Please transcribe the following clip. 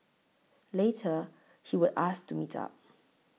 later he would ask to meet up